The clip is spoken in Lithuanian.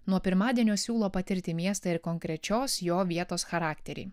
nuo pirmadienio siūlo patirti miestą ir konkrečios jo vietos charakterį